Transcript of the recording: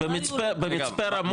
במצפה רמון.